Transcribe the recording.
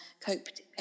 coped